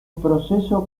proceso